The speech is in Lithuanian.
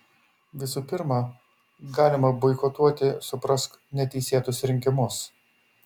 visų pirma galima boikotuoti suprask neteisėtus rinkimus